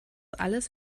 alles